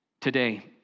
today